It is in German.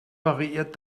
variierte